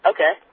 Okay